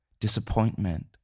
disappointment